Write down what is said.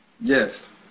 Yes